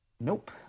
Nope